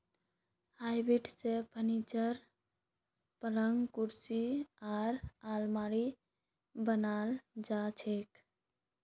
hardwood स furniture, पलंग कुर्सी आर आलमारी बनाल जा छेक